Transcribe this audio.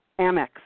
Amex